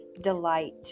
delight